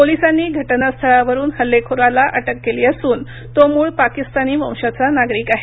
पोलिसांनी घटनास्थळावरून हल्लेखोराला अटक केली असून तो मूळ पाकिस्तानी वंशाचा नागरिक आहे